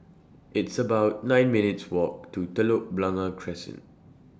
It's about nine minutes' Walk to Telok Blangah Crescent